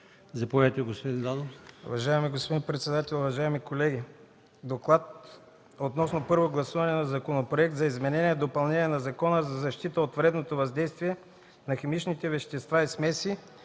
Заповядайте, господин Данев,